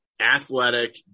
athletic